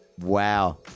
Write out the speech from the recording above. Wow